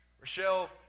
Rochelle